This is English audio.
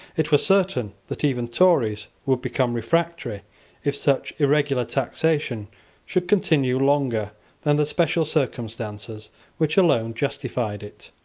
it was certain that even tories would become refractory if such irregular taxation should continue longer than the special circumstances which alone justified it.